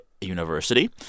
University